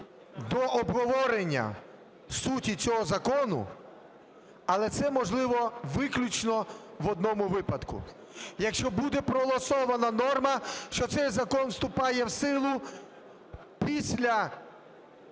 до обговорення суті цього закону, але це можливо виключно в одному випадку, якщо буде проголосована норма, що цей закон вступає в силу після